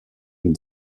une